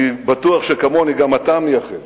אני בטוח שכמוני, גם אתה מייחל